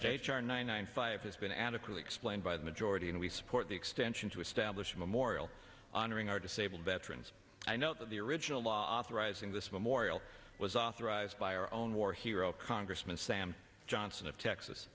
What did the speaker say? r nine nine five has been adequately explained by the majority and we support the extension to establish a memorial honoring our disabled veterans i know that the original authorizing this memorial was authorized by our own war hero congressman sam johnson of texas